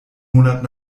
monat